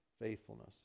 faithfulness